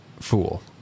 Fool